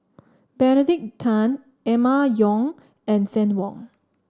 Benedict Tan Emma Yong and Fann Wong